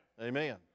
Amen